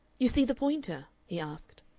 you see the pointer? he asked.